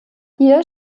ihr